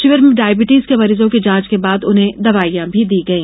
शिविर में डायबिटिज के मरीजों की जांच के बाद उन्हें दवाईयां भी दी गई